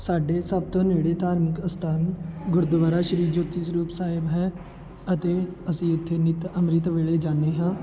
ਸਾਡੇ ਸਭ ਤੋਂ ਨੇੜੇ ਧਾਰਮਿਕ ਅਸਥਾਨ ਗੁਰਦੁਆਰਾ ਸ਼੍ਰੀ ਜੋਤੀ ਸਰੂਪ ਸਾਹਿਬ ਹੈ ਅਤੇ ਅਸੀਂ ਇੱਥੇ ਨਿਤ ਅੰਮ੍ਰਿਤ ਵੇਲੇ ਜਾਂਦੇ ਹਾਂ